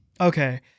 Okay